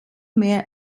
mehr